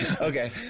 Okay